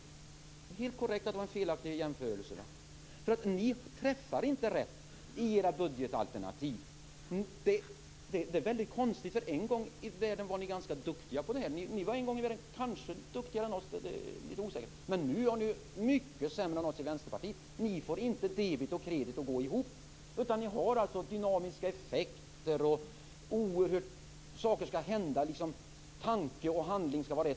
Det är helt korrekt att det var en felaktig jämförelse. Ni träffar inte rätt i era budgetalternativ. Det är väldigt konstigt, därför att en gång i världen var ni ganska duktiga på det här. Ni var kanske duktigare än vi - det är lite osäkert - men nu är ni mycket sämre än någonsin Vänsterpartiet. Ni får inte debet och kredit att gå ihop. Ni vill ha dynamiska effekter, att saker skall hända, att tanke och handling skall vara ett.